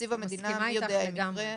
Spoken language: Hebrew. תקציב המדינה מי יודע אם יקרה.